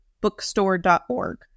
bookstore.org